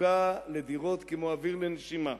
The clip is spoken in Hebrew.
וזקוקה לדירות כמו אוויר לנשימה.